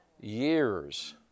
Years